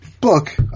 book